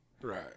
right